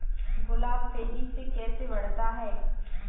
गुलाब तेजी से कैसे बढ़ता है?